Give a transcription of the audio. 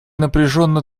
напряженно